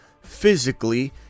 physically